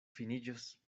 finiĝos